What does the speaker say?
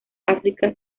áfrica